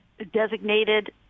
designated